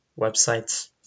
websites